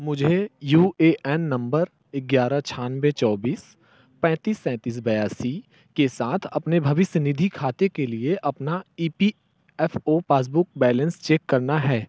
मुझे U A N नम्बर ग्यारह छियानबे चौबीस पैंतिस सैंतीस बयासी के साथ अपने भविष्य निधि खाते के लिए अपना E P F O passbook balance check करना है